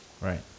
Right